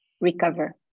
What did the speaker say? recover